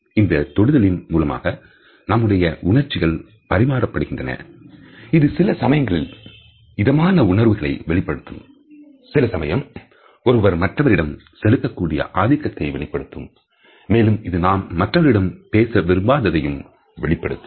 இந்து தொடுதலின் மூலமாக நம்முடைய உணர்ச்சிகள் பரிமாறப்படுகின்றன இது சில சமயங்களில் இதமான உணர்வுகளை வெளிப்படுத்தும் சிலசமயம் ஒருவர் மற்றவரிடம் செலுத்தக்கூடியஆதிக்கத்தை வெளிப்படுத்தும் மேலும் இது நாம் மற்றவரிடம் பேச விரும்பாத தையும் வெளிப்படுத்தும்